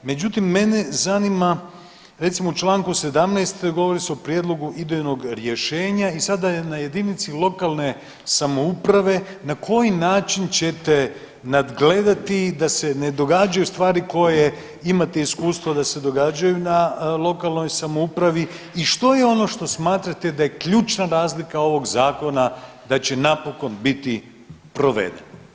Međutim, mene zanima, recimo u čl. 17. govori se o prijedlogu idejnog rješenja i sada je na JLS na koji način ćete nadgledati da se ne događaju stvari koje imate iskustva da se događaju na lokalnoj samoupravi i što je ono što smatrate da je ključna razlika ovog zakona da će napokon biti proveden?